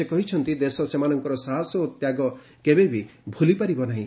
ସେ କହିଛନ୍ତି ଦେଶ ସେମାନଙ୍କର ସାହସ ଓ ତ୍ୟାଗକୁ କେବେ ଭୁଲିବ ନାହିଁ